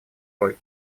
роль